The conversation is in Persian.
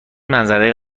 منظره